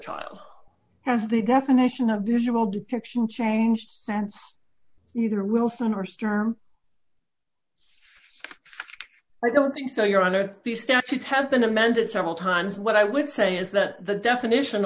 child as the definition of visual depiction changed hands either wilson or stern i don't think so your honor the statute has been amended several times what i would say is that the definition